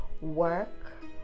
work